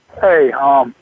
Hey